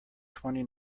twenty